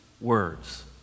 words